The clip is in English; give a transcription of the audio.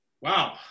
Wow